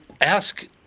ask